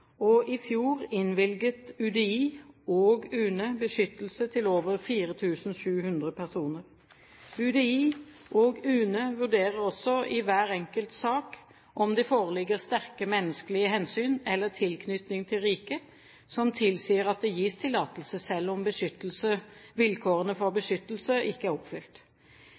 Norge. I fjor innvilget UDI og UNE beskyttelse til over 4 700 personer. UDI og UNE vurderer også i hver enkelt sak om det foreligger sterke menneskelige hensyn eller tilknytning til riket som tilsier at det gis tillatelse selv om vilkårene for beskyttelse ikke er oppfylt.